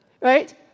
Right